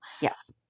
Yes